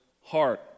heart